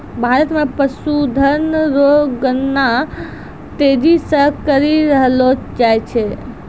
भारत मे पशुधन रो गणना तेजी से करी रहलो जाय छै